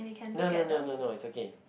no no no no no it's okay